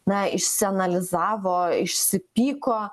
na išsianalizavo išsipyko